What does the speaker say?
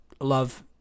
love